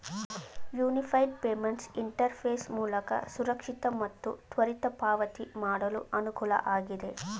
unified payments interface ಮೂಲಕ ಸುರಕ್ಷಿತ ಮತ್ತು ತ್ವರಿತ ಪಾವತಿ ಮಾಡಲು ಅನುಕೂಲ ಆಗಿದೆ